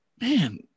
man